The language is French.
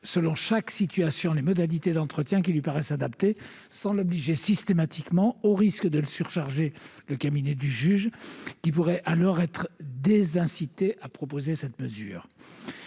selon chaque situation, les modalités d'entretien qui lui paraissent adaptées, sans prévoir systématiquement un entretien obligatoire au risque de surcharger le cabinet du juge, qui pourrait alors être désincité à proposer cette mesure.